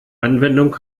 anwendung